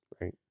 right